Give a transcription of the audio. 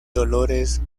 dolores